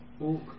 Walk